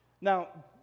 Now